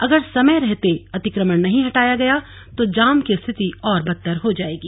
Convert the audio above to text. अगर समय रहते अतिक्रमण नहीं हटाया गया तो जाम की स्थिति और बद्तर हो जाएगी